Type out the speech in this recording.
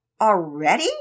Already